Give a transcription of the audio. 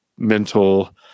Mental